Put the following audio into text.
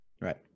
Right